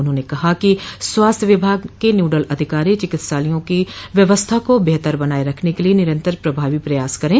उन्होंने कहा कि स्वास्थ्य विभाग के नोडल अधिकारी चिकित्सालयों की व्यवस्था को बेहतर बनाये रखन के लिये निरन्तर प्रभावी प्रयास करे